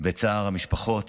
בצער המשפחות,